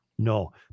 No